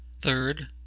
Third